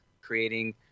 creating